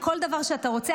כל דבר שאתה רוצה,